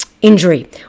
injury